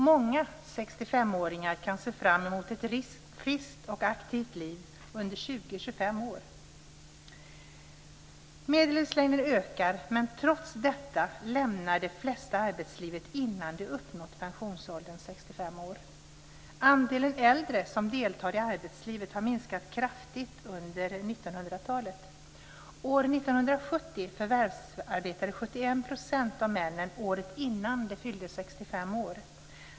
Många 65-åringar kan se fram emot ett friskt och aktivt liv under 20-25 år. Medellivslängden ökar, men trots detta lämnar de flesta arbetslivet innan de uppnått pensionsåldern 65 71 % av männen året innan de fyllde 65 år.